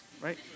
right